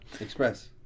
Express